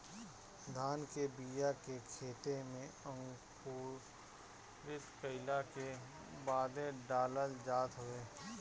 धान के बिया के खेते में अंकुरित कईला के बादे डालल जात हवे